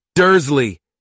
Dursley